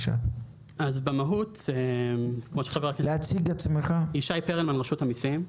אני ישי פרלמן מרשות המיסים.